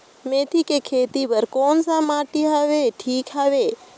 मेथी के खेती बार कोन सा माटी हवे ठीक हवे?